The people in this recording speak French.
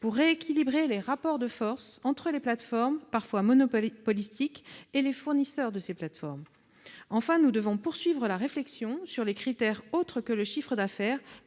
pour rééquilibrer les rapports de force entre les plateformes, parfois monopolistiques, et les fournisseurs de ces dernières. Enfin, nous devons poursuivre la réflexion sur les critères autres que le chiffre d'affaires